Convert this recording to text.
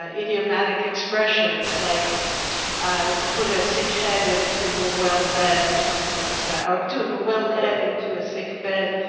ah idiomatic expressions like to put a sick head into a well bed or something like that or to to well head into a sick bed,